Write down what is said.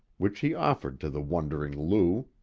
which he offered to the wondering lou.